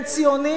הם ציונים,